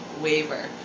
waiver